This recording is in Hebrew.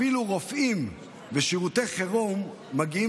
אפילו רופאים בשירותי חירום מגיעים